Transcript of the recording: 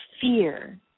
fear